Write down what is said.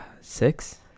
Six